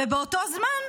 ובאותו זמן,